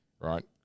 right